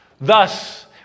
Thus